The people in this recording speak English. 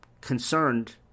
concerned